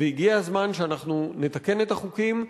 והגיע הזמן שנתקן את החוקים,